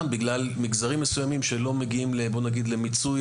בגלל מגזרים מסוימים שלא מגיעים למיצוי